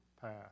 path